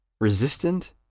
resistant